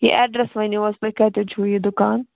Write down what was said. یہِ ایٚڈرَس ؤنِو حظ تُہۍ کَتیٚتھ چھُو یہِ دُکان